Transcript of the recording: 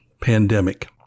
pandemic